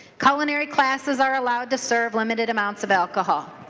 culinary classes are allowed to serve limited amounts of alcohol.